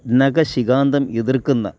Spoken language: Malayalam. നഖശികാന്തം എതിർക്കുന്ന